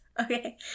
Okay